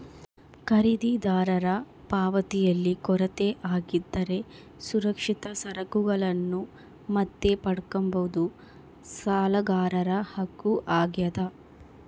ಖರೀದಿದಾರರ ಪಾವತಿಯಲ್ಲಿ ಕೊರತೆ ಆಗಿದ್ದರೆ ಸುರಕ್ಷಿತ ಸರಕುಗಳನ್ನು ಮತ್ತೆ ಪಡ್ಕಂಬದು ಸಾಲಗಾರರ ಹಕ್ಕು ಆಗ್ಯಾದ